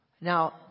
Now